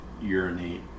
urinate